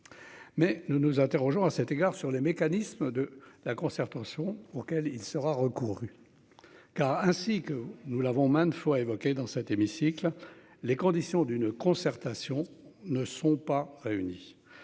Mais nous nous interrogeons à cet égard sur les mécanismes de la concertation auquel il sera recouru. Cas ainsi que nous l'avons maintes fois évoqué dans cet hémicycle. Les conditions d'une concertation ne sont pas réunies.